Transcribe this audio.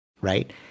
right